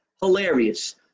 Hilarious